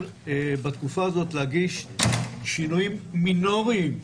בתקופה הזאת להגיש שינויים מינוריים בחוק,